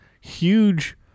huge